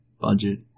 budget